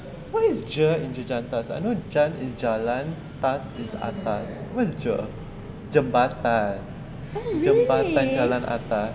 what is je in jejantas I know jan is jalan tas is atas what is je jambatan jambatan jalan atas